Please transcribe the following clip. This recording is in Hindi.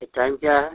तो टाइम क्या है